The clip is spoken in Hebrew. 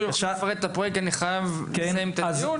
הן לא יוכלו לפרט על הפרויקט כי אני חייב לסיים את הדיון.